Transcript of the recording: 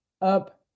up